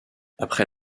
après